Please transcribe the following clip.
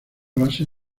base